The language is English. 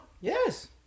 Yes